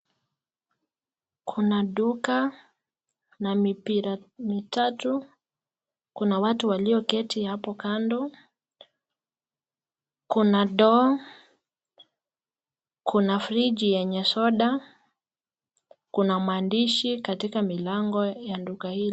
Kuna duka na mipira mitatu, kuna watu walioketi kando, kuna ndoo, kuna friji yenye soda na kuna maandishi katika milango ya duka hili.